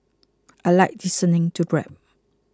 I like listening to rap